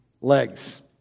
legs